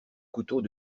couteaux